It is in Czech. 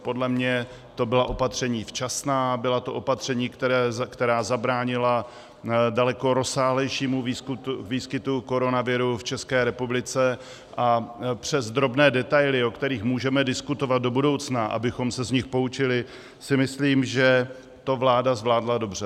Podle mě to byla opatření včasná, byla to opatření, která zabránila daleko rozsáhlejšímu výskytu koronaviru v České republice, a přes drobné detaily, o kterých můžeme diskutovat do budoucna, abychom se z nich poučili, si myslím, že to vláda zvládla dobře.